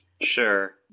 Sure